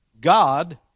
God